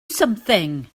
something